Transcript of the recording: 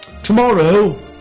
Tomorrow